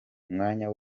umwanya